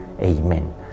Amen